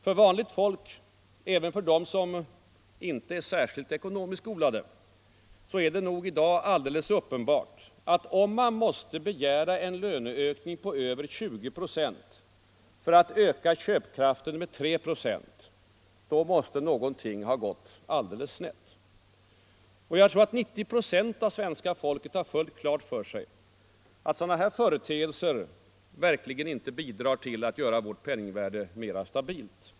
För vanligt folk — även för dem som inte är särskilt ekonomiskt skolade —- är det nog i dag alldeles uppenbart att om man måste begära en löneökning på över 20 procent för att öka köpkraften med 3 procent, då måste någonting ha gått alldeles snett. Jag tror också att 90 procent av svenska folket har fullt klart för sig, att sådana företeelser verkligen inte bidrar till att stabilisera vårt penningvärde.